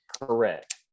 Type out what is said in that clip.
correct